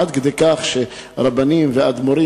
עד כדי כך שרבנים ואדמו"רים,